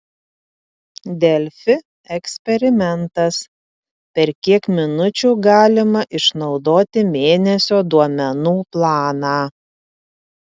delfi eksperimentas per kiek minučių galima išnaudoti mėnesio duomenų planą